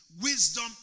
wisdom